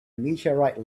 meteorite